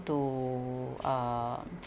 to uh